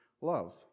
love